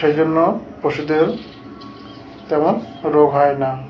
সেই জন্য পশুদের তেমন রোগ হয় না